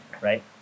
right